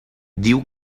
diu